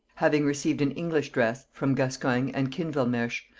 having received an english dress from gascoigne and kinwelmershe,